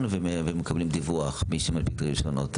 ומקבלים דיווח מי שמנפיק את הרשיונות,